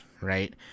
right